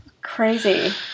Crazy